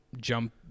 Jump